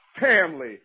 family